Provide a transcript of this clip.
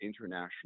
international